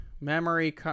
memory